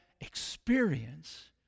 experience